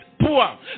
poor